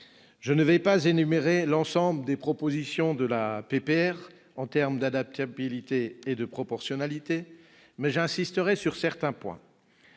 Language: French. Je n'énumérerai pas l'ensemble des propositions du texte en termes d'adaptabilité et de proportionnalité, mais j'insisterai sur certains points.